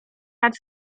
nad